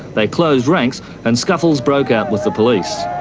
they closed ranks and scuffles broke out with the police.